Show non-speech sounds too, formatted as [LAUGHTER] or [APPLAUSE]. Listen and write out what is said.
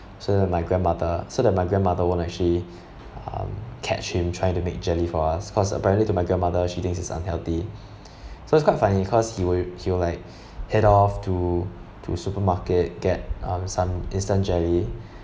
so that my grandmother so that my grandmother won't actually [BREATH] um catch him try to make jelly for us cause apparently to my grandmother she thinks it's unhealthy [BREATH] so it's quite funny cause he will he will like [BREATH] head off to to supermarket get um some instant jelly [BREATH]